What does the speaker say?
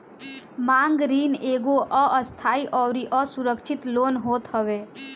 मांग ऋण एगो अस्थाई अउरी असुरक्षित लोन होत हवे